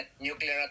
nuclear